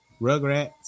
Rugrats